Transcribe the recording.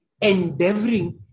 endeavoring